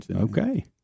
Okay